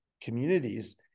communities